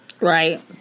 Right